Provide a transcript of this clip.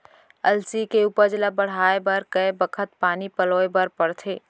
अलसी के उपज ला बढ़ए बर कय बखत पानी पलोय ल पड़थे?